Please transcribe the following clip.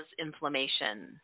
inflammation